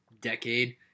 decade